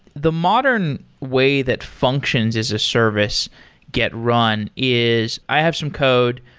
the modern way that functions as a service get run is i have some code,